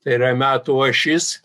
tai yra metų ašis